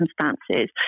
circumstances